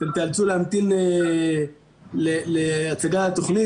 אתם תיאלצו להמתין להצגת התוכנית.